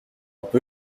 peu